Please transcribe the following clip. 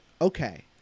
okay